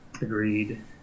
Agreed